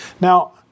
Now